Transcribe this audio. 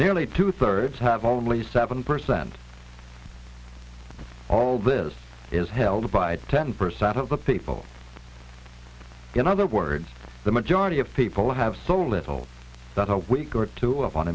nearly two thirds have only seven percent of all this is held by ten percent of the people in other words the majority of people have so little that a week or two of